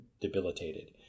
debilitated